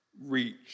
reach